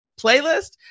playlist